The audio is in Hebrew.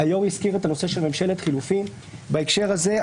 היושב-ראש הזכיר את הנושא של ממשלת חילופים בהקשר הזה.